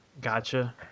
Gotcha